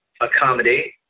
accommodate